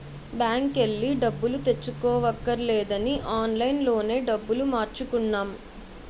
బాంకెల్లి డబ్బులు తెచ్చుకోవక్కర్లేదని ఆన్లైన్ లోనే డబ్బులు మార్చుకున్నాం